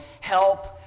help